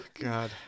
god